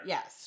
Yes